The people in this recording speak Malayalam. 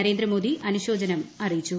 നരേന്ദ്രമോദി അനുശോചനം അറിയിച്ചു